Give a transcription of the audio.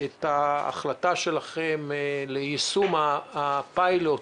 את ההחלטה שלכם ליישום הפיילוט